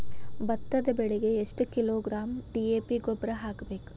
ಭತ್ತದ ಬೆಳಿಗೆ ಎಷ್ಟ ಕಿಲೋಗ್ರಾಂ ಡಿ.ಎ.ಪಿ ಗೊಬ್ಬರ ಹಾಕ್ಬೇಕ?